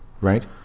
right